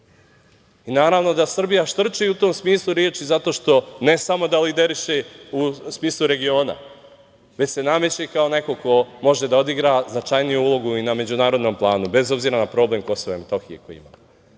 i naravno da Srbija štrči u tom smislu reči zato što ne samo da lideriše u smislu regiona već se nameće kao neko ko može da odigra značajniju ulogu i na međunarodnom planu bez obzira na problem KiM koji